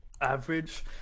average